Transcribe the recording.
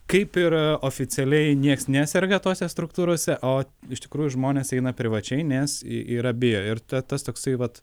kaip ir oficialiai nieks neserga tose struktūrose o iš tikrųjų žmonės eina privačiai nes yra bijo ir ta tas toksai vat